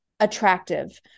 Attractive